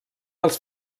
els